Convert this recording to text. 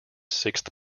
sixth